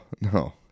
No